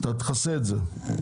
אתה תכסה את זה.